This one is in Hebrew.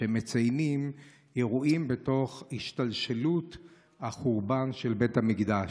שמציינים אירועים בתוך השתלשלות החורבן של בית המקדש.